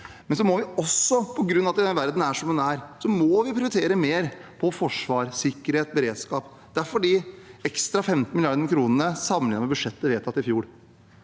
bra. Vi må også, på grunn av at verden er som den er, prioritere mer til forsvar, sikkerhet og beredskap – derfor de ekstra 15 mrd. kr sammenlignet med budsjettet vedtatt i fjor